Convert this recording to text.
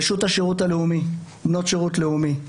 רשות השירות הלאומי, בנות שירות לאומי.